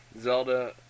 Zelda